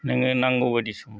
नों नांगौबायदि समावहाय